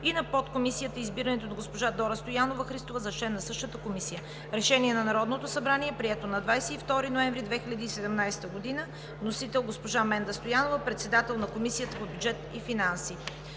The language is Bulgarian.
и на Подкомисията, и избирането на госпожа Дора Стоянова Христова за член на същата комисия. Решението на Народното събрание е прието на 22 ноември 2017 г. Вносител е госпожа Менда Стоянова – председател на Комисията по бюджет и финанси.